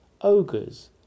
ogres